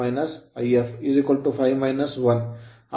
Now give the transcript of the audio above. ಆದ್ದರಿಂದ Ia0 IL0 If 5 1